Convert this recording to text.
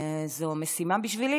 זו משימה בשבילי.